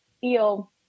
feel